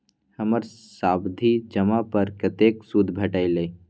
हमर सावधि जमा पर कतेक सूद भेटलै?